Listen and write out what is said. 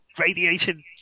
radiation